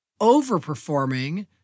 overperforming